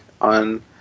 on